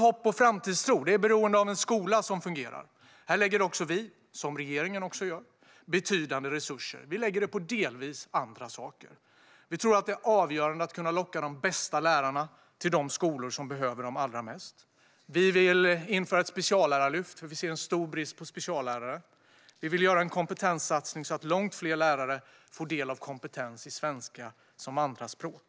Hopp och framtidstro är beroende av en skola som fungerar. Här lägger vi, liksom regeringen, betydande resurser. Men vi lägger det på delvis andra saker. Vi tror att det är avgörande att kunna locka de bästa lärarna till de skolor som behöver dem allra mest. Vi vill införa ett speciallärarlyft. Det är stor brist på speciallärare. Vi vill göra en kompetenssatsning så att långt fler lärare får kompetens i svenska som andraspråk.